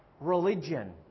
religion